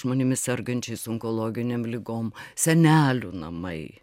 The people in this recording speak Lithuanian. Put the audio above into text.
žmonėmis sergančiais onkologinėm ligom senelių namai